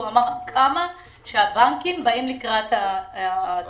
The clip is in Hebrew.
הוא אמר שהבנקים באים לקראת העצמאים,